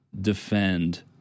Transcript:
defend